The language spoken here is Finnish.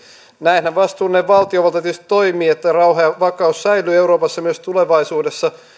näinhän vastuullinen valtiovalta tietysti toimii että rauha ja vakaus säilyvät euroopassa myös tulevaisuudessa